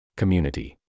community